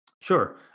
Sure